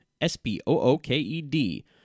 S-P-O-O-K-E-D